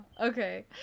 Okay